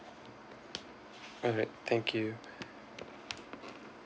alright thank you